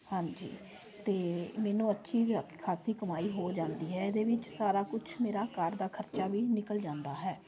ਹਾਂਜੀ ਅਤੇ ਮੈਨੂੰ ਅੱਛੀ ਖਾਸੀ ਕਮਾਈ ਹੋ ਜਾਂਦੀ ਹੈ ਇਹਦੇ ਵਿੱਚ ਸਾਰਾ ਕੁਛ ਮੇਰਾ ਘਰ ਦਾ ਖ਼ਰਚਾ ਵੀ ਨਿਕਲ ਜਾਂਦਾ ਹੈ